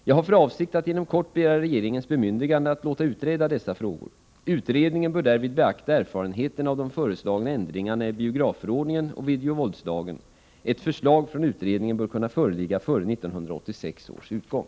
Jag har för avsikt att inom kort begära regeringens bemyndigande att låta utreda dessa frågor. Utredningen bör därvid beakta erfarenheterna av de föreslagna ändringarna i biografförordningen och videovåldslagen. Ett förslag från utredningen bör kunna föreligga före 1986 års utgång.